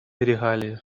регалии